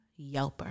yelper